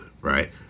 right